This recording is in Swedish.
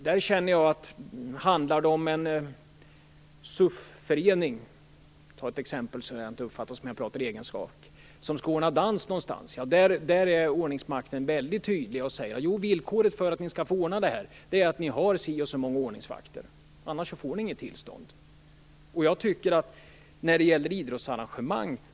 Där känner jag att om det handlar om en CUF-förening - jag tar det som exempel, så det inte uppfattas som att jag talar i egen sak - som skall ordna dans någonstans är ordningsmakten väldigt tydlig och säger: Villkoret för att ni skall få ordna det här är att ni har si och så många ordningsvakter, annars får ni inget tillstånd. Jag tycker att man måste vara lika tydlig när det gäller idrottsarrangemang.